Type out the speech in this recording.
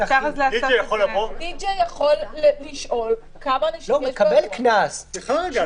די-ג'יי יכול לשאול כמה אנשים --- שוב,